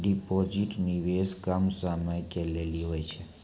Deposit निवेश कम समय के लेली होय छै?